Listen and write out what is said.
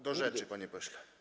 Do rzeczy, panie pośle.